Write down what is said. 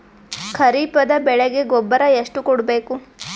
ಖರೀಪದ ಬೆಳೆಗೆ ಗೊಬ್ಬರ ಎಷ್ಟು ಕೂಡಬೇಕು?